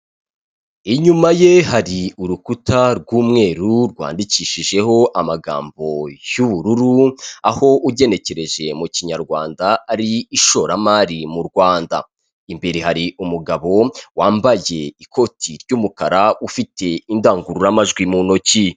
Inyuma ye hari urukuta rw'umweru rwandikishijeho amagambo y'ubururu aho ugenekereje mu kinyarwanda ari ishoramari mu Rwanda imbere hari umugabo wambaye ikoti ry'umukara ufite indangururamajwi mu ntoki.